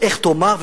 איך תאמר,